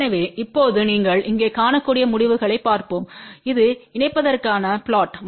எனவே இப்போது நீங்கள் இங்கே காணக்கூடிய முடிவுகளைப் பார்ப்போம் இது இணைப்பதற்கான புளொட்